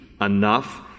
enough